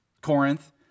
Corinth